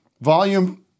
Volume